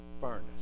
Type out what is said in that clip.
furnace